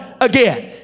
again